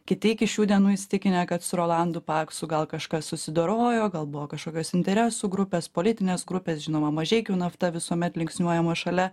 kiti iki šių dienų įsitikinę kad su rolandu paksu gal kažkas susidorojo gal buvo kažkokios interesų grupės politinės grupės žinoma mažeikių nafta visuomet linksniuojama šalia